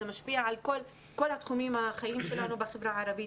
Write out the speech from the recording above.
זה משפיע על כל תחומי החיים שלנו בחברה הערבית.